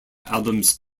albums